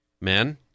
Men